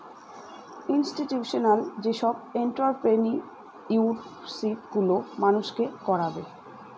institutional যেসব entrepreneurship গুলো মানুষকে করাবে